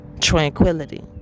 tranquility